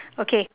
okay